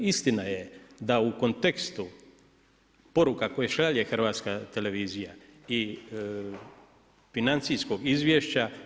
Istina je da u kontekstu poruka koje šalje Hrvatska televizija i financijskog izvješća.